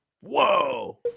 Whoa